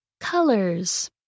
COLORS